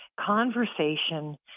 conversation